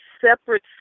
separate